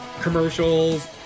commercials